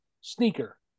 sneaker